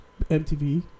MTV